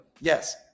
Yes